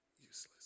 useless